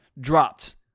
dropped